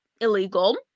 illegal